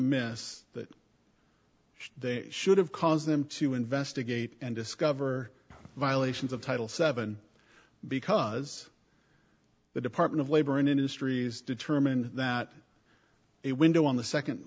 iss that they should have cause them to investigate and discover violations of title seven because the department of labor and industries determine that it window on the second